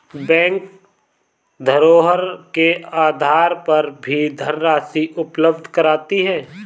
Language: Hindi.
बैंक धरोहर के आधार पर भी धनराशि उपलब्ध कराती है